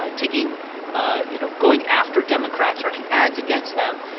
ah taking ah you know, going after democrats, running ads against them.